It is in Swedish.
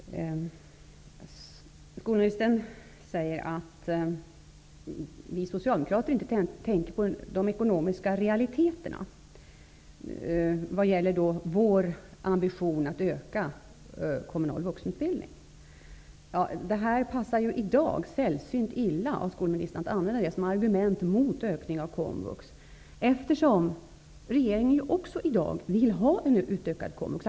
Herr talman! Skolministern säger med tanke på att vi socialdemokrater har ambitionen att öka den kommunala vuxenundervisningen att vi inte tänker på de ekonomiska realiteterna. Det passar sällsynt illa att skolministern i dag använder detta som argument mot en utökning av komvux. Också regeringen vill ju i dag ha en utökning av komvux.